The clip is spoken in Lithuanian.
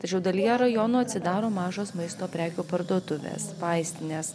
tačiau dalyje rajonų atsidaro mažos maisto prekių parduotuvės vaistinės